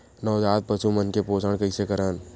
नवजात पशु मन के पोषण कइसे करन?